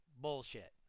bullshit